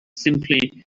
simply